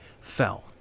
fell